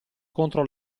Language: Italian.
contro